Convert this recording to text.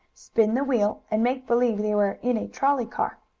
spin the wheel, and make believe they were in a trolley car.